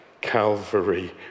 Calvary